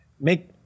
make